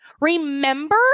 Remember